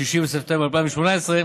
6 בספטמבר 2018,